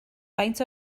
faint